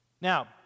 Now